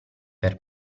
per